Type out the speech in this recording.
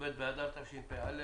י"ב באדר התשפ"א,